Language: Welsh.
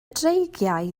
dreigiau